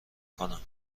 کنم